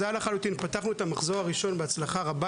פתחנו את המחזור הראשון בהצלחה רבה.